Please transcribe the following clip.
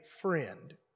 friend